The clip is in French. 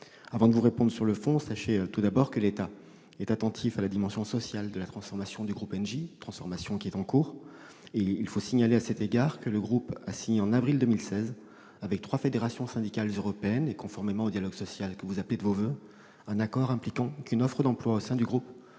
Avant de vous répondre sur le fond, je veux d'abord vous faire savoir que l'État est attentif à la dimension sociale de la transformation en cours du groupe Engie. Il faut signaler à cet égard que le groupe a signé, en avril 2016, avec trois fédérations syndicales européennes, et conformément au dialogue social que vous appelez de vos voeux, un accord impliquant qu'une offre d'emploi au sein du groupe